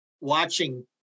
watching